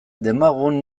demagun